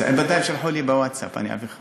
הם בינתיים שלחו לי בווטסאפ, אני אעביר לך.